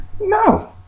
no